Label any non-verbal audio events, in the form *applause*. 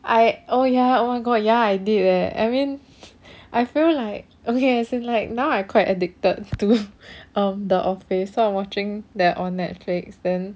I oh ya oh my god ya I did eh I mean I feel like okay as in like now I quite addicted to *laughs* um the office so I'm watching that on netflix then um